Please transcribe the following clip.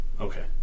Okay